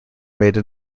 made